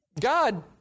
God